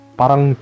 parang